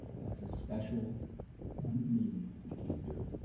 that's a special um meeting. we can't do it.